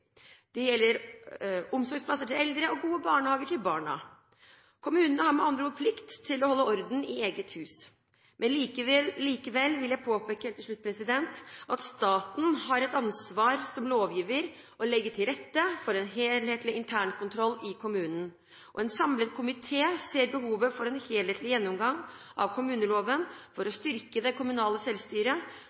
som gjelder. Det gjelder omsorgsplasser til eldre og gode barnehager til barna. Kommunene har med andre ord plikt til å holde orden i eget hus. Likevel vil jeg helt til slutt påpeke at staten som lovgiver har et ansvar for å legge til rette for en helhetlig internkontroll i kommunen. En samlet komité ser behovet for en helhetlig gjennomgang av kommuneloven for å styrke det kommunale selvstyret